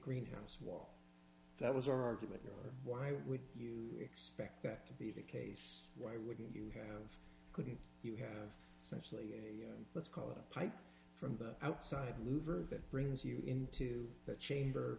greenhouse wall that was our argument here why would you expect that to be the case why wouldn't you have couldn't you have simply let's call it a pipe from the outside louver that brings you into the chamber